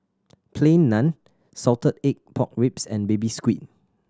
Plain Naan salted egg pork ribs and Baby Squid